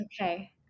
Okay